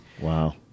Wow